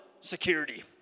security